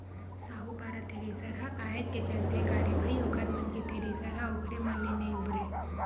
Sahupara thresher ह काहेच के चलथे का रे भई ओखर मन के थेरेसर ह ओखरे मन ले नइ उबरय